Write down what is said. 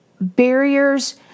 barriers